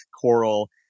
coral